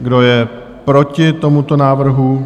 Kdo je proti tomuto návrhu?